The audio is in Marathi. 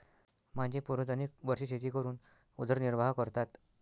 माझे पूर्वज अनेक वर्षे शेती करून उदरनिर्वाह करतात